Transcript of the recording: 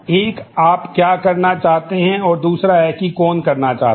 एक आप क्या करना चाहते हैं और दूसरा है कि कौन करना चाहता है